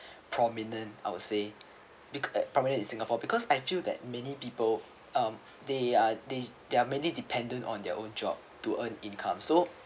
prominent I would say be~ prominent in singapore because I feel that many people um they are they there are many dependent on their own job to earn income so